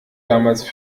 damals